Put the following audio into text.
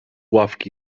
ławki